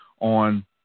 on